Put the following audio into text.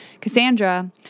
Cassandra